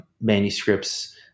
manuscripts